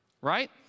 right